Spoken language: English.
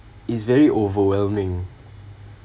is very overwhelming